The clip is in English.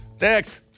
Next